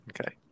Okay